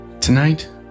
Tonight